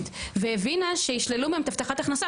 והבינה שישללו מהן את הבטחת הכנסה,